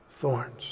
Thorns